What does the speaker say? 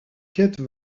quête